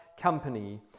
company